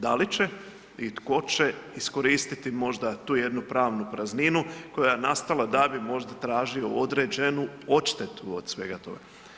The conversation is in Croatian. Da li će i tko će iskoristiti možda tu jednu pravnu prazninu koja je nastala da bi možda tražio određenu odštetu od svega toga?